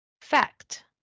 Fact